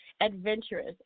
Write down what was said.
adventurous